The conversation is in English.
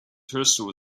crystal